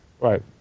Right